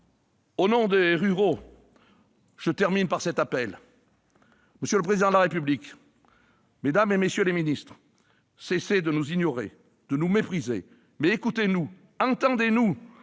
Au nom des ruraux, je termine par un appel. Monsieur le Président de la République, mesdames, messieurs les ministres, cessez de nous ignorer et de nous mépriser, mais écoutez-nous, entendez-nous